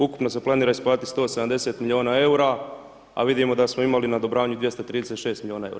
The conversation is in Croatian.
Ukupno se planira isplatiti 170 milijuna eura, a vidimo da smo imali na odobravanju 236 milijuna eura.